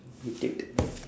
idiot